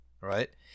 right